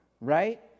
right